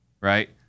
right